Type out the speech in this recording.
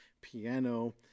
piano